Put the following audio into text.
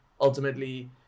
ultimately